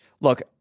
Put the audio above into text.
look